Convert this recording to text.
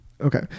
Okay